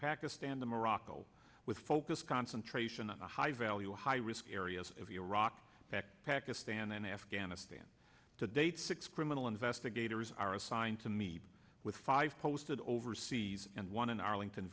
pakistan to morocco with focus concentration on the high value high risk areas of iraq back to pakistan and afghanistan to date six criminal investigators are assigned to meet with five posted overseas and one in arlington